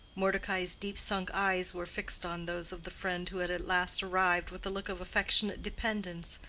mordecai's deep-sunk eyes were fixed on those of the friend who had at last arrived with a look of affectionate dependence,